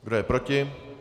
Kdo je proti?